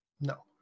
No